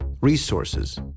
resources